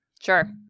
Sure